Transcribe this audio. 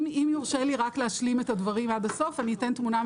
רוצה להגיד לך